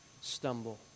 stumble